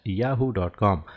yahoo.com